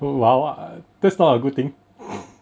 oh !wow! uh that's not a good thing